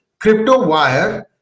CryptoWire